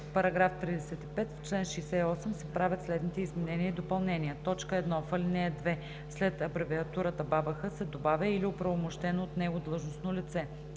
§ 35: „§ 35. В чл. 68 се правят следните изменения и допълнения: 1. В ал. 2 след абревиатурата „БАБХ“ се добавя „или оправомощено от него длъжностно лице“.